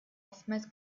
oftmals